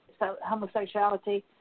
homosexuality